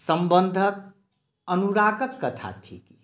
संबंधक अनुरागक कथा थीक